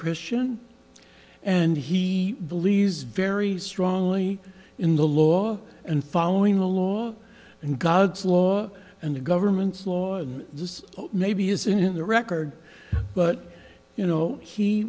christian and he believes very strongly in the law and following the law and god's law and the government's law on this maybe isn't in the record but you know he